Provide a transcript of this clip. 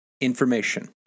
information